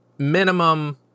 Minimum